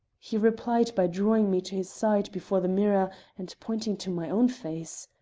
he replied by drawing me to his side before the mirror and pointing to my own face.